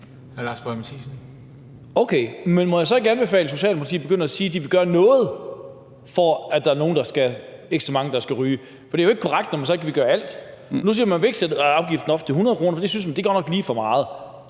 men må jeg så ikke anbefale, at Socialdemokratiet begynder at sige, at de vil gøre noget, for at der ikke er så mange, der skal ryge? For det er jo ikke korrekt, når man så ikke vil gøre alt. Nu siger man, at man ikke vil sætte afgiften op til 100 kr., for det synes man godt nok lige er for meget,